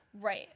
Right